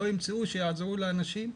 כדי לעזור לאנשים.